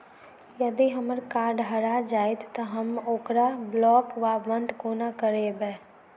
यदि हम्मर कार्ड हरा जाइत तऽ हम ओकरा ब्लॉक वा बंद कोना करेबै?